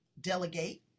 delegate